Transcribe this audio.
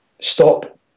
stop